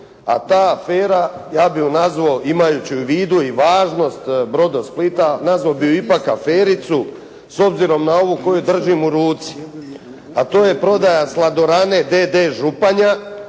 a ta afera ja bi ju nazvao imajući u vidu i važnost "Brodosplita" nazvao bi ju ipak afericu s obzirom na ovu koju držim u ruci, a to je prodaja "Sladorane" d.d. Županja